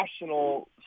national